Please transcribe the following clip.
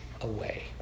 away